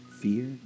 fear